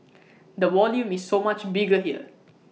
the volume is so much bigger here